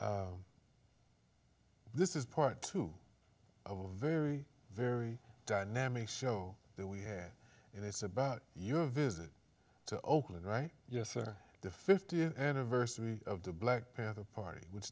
this is part two of a very very dynamic show that we had and it's about your visit to oakland right yes or the fiftieth anniversary of the black panther party which